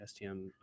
STM